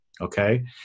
okay